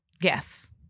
yes